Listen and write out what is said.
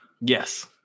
Yes